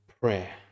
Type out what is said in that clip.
prayer